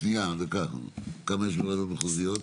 כמה יש בוועדות מחוזיות?